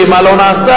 לא נעשה